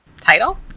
title